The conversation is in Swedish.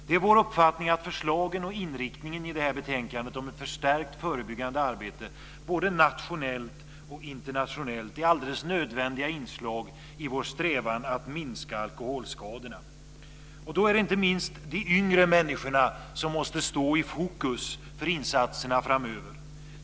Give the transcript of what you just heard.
Det är vår uppfattning att förslagen och inriktningen i detta betänkande om ett förstärkt förebyggande arbete både nationellt och internationellt är alldeles nödvändiga inslag i vår strävan att minska alkoholskadorna. Då är det inte minst de yngre människorna som måste stå i fokus för insatserna framöver.